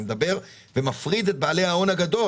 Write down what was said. אני מפריד את בעלי ההון הגדול